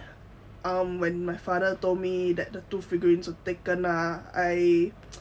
um when my father told me that the two figurines were taken ah I